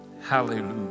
Hallelujah